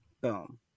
boom